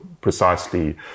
precisely